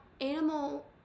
Animal